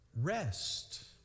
rest